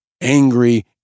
angry